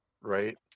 Right